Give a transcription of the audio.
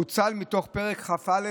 פוצל מתוך פרק כ"א,